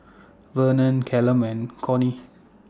Vernon Callum Corrie